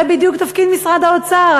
זה בדיוק תפקיד משרד האוצר,